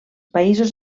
països